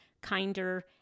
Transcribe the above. kinder